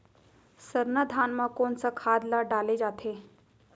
सरना धान म कोन सा खाद ला डाले जाथे?